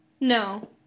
No